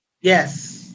Yes